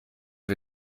wir